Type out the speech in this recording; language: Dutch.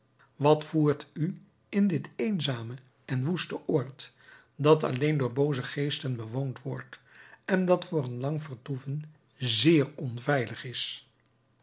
wat voert u in dit eenzame en woeste oord dat alleen door booze geesten bewoond wordt en dat voor een lang vertoeven zeer onveilig is